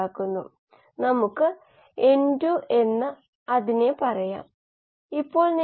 കൃഷി നിയന്ത്രണത്തിനായി ഒരു പതിവ് സെൻസറായി ഒരു മൈക്രോഫ്ലൂറിമീറ്റർ ഉപയോഗിക്കുകയും കോശങ്ങളുടെ അവസ്ഥയെക്കുറിച്ച് ഉൾക്കാഴ്ച കിട്ടുകയും ചെയ്തു